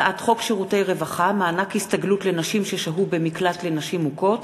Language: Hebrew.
הצעת חוק שירותי רווחה (מענק הסתגלות לנשים ששהו במקלט לנשים מוכות)